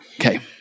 Okay